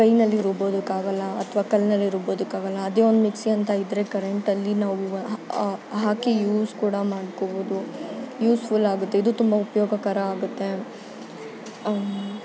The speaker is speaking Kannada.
ಕೈಯಲ್ಲಿ ರುಬ್ಬೋದಕ್ಕಾಗಲ್ಲ ಅಥವಾ ಕಲ್ಲಿನಲ್ಲಿ ರುಬ್ಬೋದಕ್ಕೆ ಆಗೋಲ್ಲ ಅದೇ ಒಂದು ಮಿಕ್ಸಿ ಅಂತ ಇದ್ದರೆ ಕರೆಂಟಲ್ಲಿ ನಾವು ಹಾಕಿ ಯೂಸ್ ಕೂಡ ಮಾಡ್ಕೋಬೋದು ಯೂಸ್ಫುಲ್ ಆಗುತ್ತೆ ಇದು ತುಂಬ ಉಪಯೋಗಕರ ಆಗುತ್ತೆ